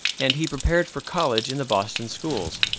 and he prepared for college in the boston schools.